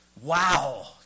Wow